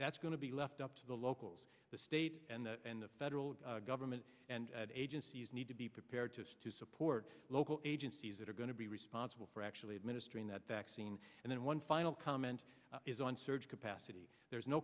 that's going to be left up to the locals the state and the federal government and agencies need to be prepared to to support local agencies that are going to be responsible for actually administering that vaccine and then one final comment is on surge capacity there's no